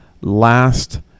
last